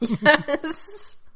Yes